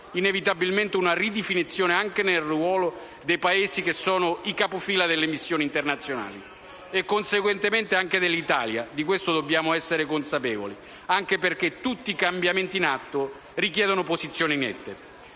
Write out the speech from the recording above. inevitabilmente una ridefinizione anche del ruolo dei Paesi che sono i capofila nelle missioni internazionali e, conseguentemente, anche dell'Italia. Di questo dobbiamo essere consapevoli. Anche perché tutti i cambiamenti in atto richiedono posizioni nette.